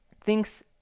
thinks